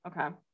Okay